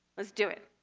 let's do it!